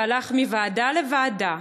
הלך מוועדה לוועדה,